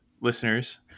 listeners